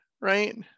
right